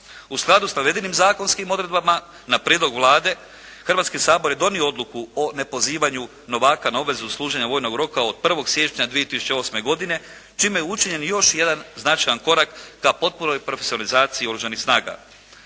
U skladu sa navedenim zakonskim odredbama na prijedlog Vlade Hrvatski sabor je donio odluku o nepozivanju novaka na obvezu služenja vojnog roka od 1. siječnja 2008. godine čime je učinjen još jedan značajan korak na potpunoj profesionalizaciji oružanih snaga.